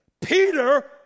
Peter